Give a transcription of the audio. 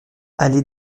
allée